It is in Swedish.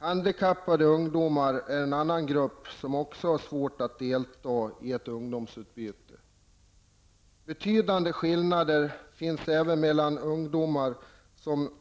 Handikappade ungdomar är en annan grupp som har svårt att delta i ett ungdomsutbyte. Betydande skillnader finns även mellan ungdomar som